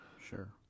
Sure